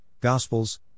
Gospels